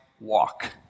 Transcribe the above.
walk